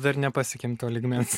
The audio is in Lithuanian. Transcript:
dar nepasiekėm to lygmens